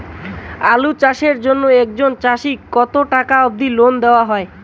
আলু চাষের জন্য একজন চাষীক কতো টাকা অব্দি লোন দেওয়া হয়?